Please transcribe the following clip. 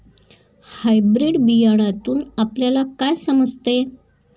Hybrid बियाण्यातून आपल्याला काय समजते?